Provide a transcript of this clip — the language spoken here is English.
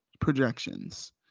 projections